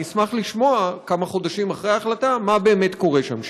אשמח לשמוע כמה חודשים אחרי ההחלטה מה באמת קורה שם.